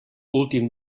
últim